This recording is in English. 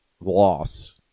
loss